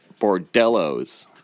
bordellos